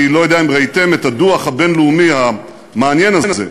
אני לא יודע אם ראיתם את הדוח הבין-לאומי המעניין הזה,